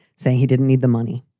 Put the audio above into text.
saying he didn't need the money.